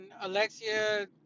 Alexia